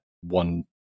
one